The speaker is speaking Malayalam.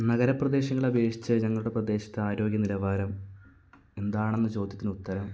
നഗരപ്രദേശങ്ങളെ അപേക്ഷിച്ച് ഞങ്ങളുടെ പ്രദേശത്ത് ആരോഗ്യ നിലവാരം എന്താണെന്ന ചോദ്യത്തിന് ഉത്തരം